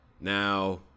Now